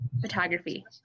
photography